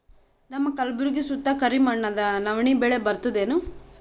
ನಮ್ಮ ಕಲ್ಬುರ್ಗಿ ಸುತ್ತ ಕರಿ ಮಣ್ಣದ ನವಣಿ ಬೇಳಿ ಬರ್ತದೇನು?